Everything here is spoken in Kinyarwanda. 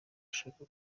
ashaka